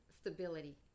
stability